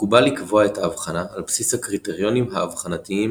מקובל לקבוע את האבחנה על בסיס הקריטריונים האבחנתיים